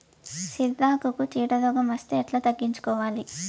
సిరాకుకు చీడ రోగం వస్తే ఎట్లా తగ్గించుకోవాలి?